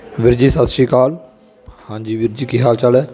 ਵੀਰ ਜੀ ਸਤਿ ਸ਼੍ਰੀ ਅਕਾਲ ਹਾਂਜੀ ਵੀਰ ਜੀ ਕੀ ਹਾਲ ਚਾਲ ਹੈ